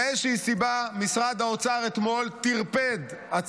מאיזושהי סיבה משרד האוצר טרפד אתמול